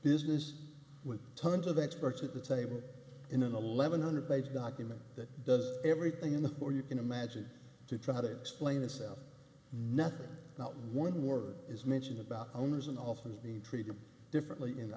business with tons of experts at the table in an eleven hundred page document that does everything in the for you can imagine to try to explain itself nothing not one word is mentioned about owners and often being treated differently